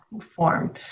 form